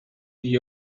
the